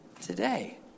today